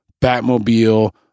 Batmobile